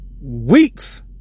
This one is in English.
weeks